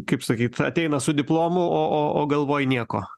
kaip sakyt ateina su diplomu o o o galvoj nieko